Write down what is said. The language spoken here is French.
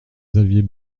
xavier